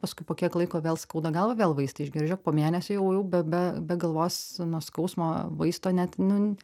paskui po kiek laiko vėl skauda galvą vėl vaistą išgėriau žėk po mėnesio jau jau be be be galvos nuo skausmo vaisto net nu